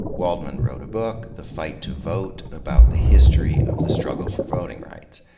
waldman wrote a book, the fight to vote, about the history of the struggle for voting rights.